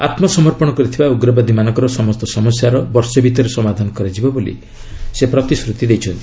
ଆତ୍ମସମର୍ପଣ କରିଥିବା ଉଗ୍ରବାଦୀମାନଙ୍କର ସମସ୍ତ ସମସ୍ୟାର ବର୍ଷେ ଭିତରେ ସମାଧାନ କରାଯିବ ବୋଲି ସେ ପ୍ରତିଶ୍ରତି ଦେଇଛନ୍ତି